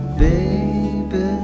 Baby